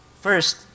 First